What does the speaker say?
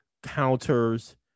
counters